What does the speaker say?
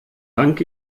dank